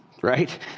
right